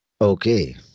Okay